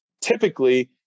typically